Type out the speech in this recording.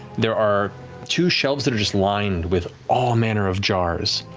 there are two shelves that are just lined with all manner of jars,